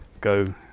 go